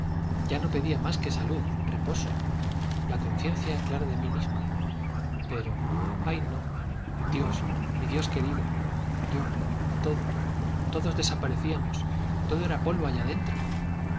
ya no pedía más que salud reposo la conciencia clara de mí misma pero ay no dios mi dios querido yo todo todos desaparecíamos todo era polvo allá dentro